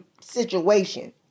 situation